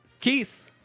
Keith